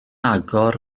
agor